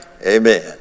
Amen